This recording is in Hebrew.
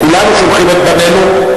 כולנו שולחים את בנינו,